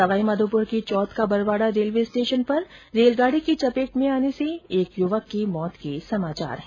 सवाईमाधोपुर के Chauth ka Barwara railway station पर रेलगाडी की चपेट में आने से एक युवक की मौत के समाचार है